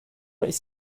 ist